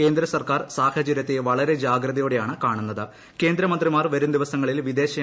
കേന്ദ്രസർക്കാർ സാഹചര്യത്തെ വളരെ ജാഗ്രതയോടെയാണ് കേന്ദ്രമന്ത്രിമാർ വരുംദിവസങ്ങളിൽ വിദേശ കാണുന്നത്